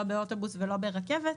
לא באוטובוס ולא ברכבת.